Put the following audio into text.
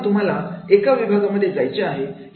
तेव्हा तुम्हाला एका विभागांमध्ये जायचे आहे